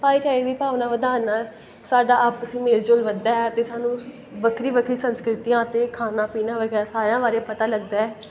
ਭਾਈਚਾਰੇ ਦੀ ਭਾਵਨਾ ਵਧਾਉਣ ਨਾਲ ਸਾਡਾ ਆਪਸੀ ਮੇਲ ਜੋਲ ਵਧਦਾ ਹੈ ਅਤੇ ਸਾਨੂੰ ਵੱਖਰੀ ਵੱਖਰੀ ਸੰਸਕ੍ਰਿਤੀਆਂ ਅਤੇ ਖਾਣਾ ਪੀਣਾ ਵਗੈਰਾ ਸਾਰਿਆਂ ਬਾਰੇ ਪਤਾ ਲੱਗਦਾ